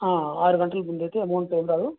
ఆరు గంటల ముందయితే అమౌంట్ ఏమి రాదు